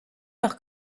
heure